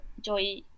joy